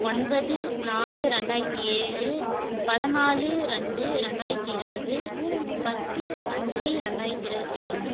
ஒன்பது நாலு ரெண்டாயிரத்தி ஏழு பதினாலு ரெண்டு ரெண்டாயிரத்தி இருபது பத்து அஞ்சு ரெண்டாயிரத்தி இருபத்தி ஒன்று